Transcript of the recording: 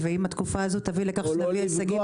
איך אמר המשורר: מאסנו בדיבורים,